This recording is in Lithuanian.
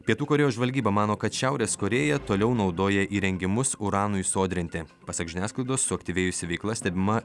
pietų korėjos žvalgyba mano kad šiaurės korėja toliau naudoja įrengimus uranui sodrinti pasak žiniasklaidos suaktyvėjusi veikla stebima